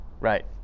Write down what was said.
Right